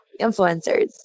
influencers